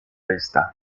vista